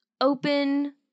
open